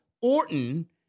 Orton